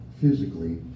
physically